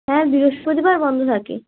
হ্যাঁ বৃহস্পতিবার বন্ধ থাকে